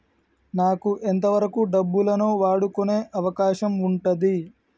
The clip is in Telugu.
నాకు ఎంత వరకు డబ్బులను వాడుకునే అవకాశం ఉంటది?